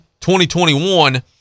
2021